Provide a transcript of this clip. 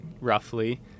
roughly